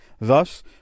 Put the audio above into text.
thus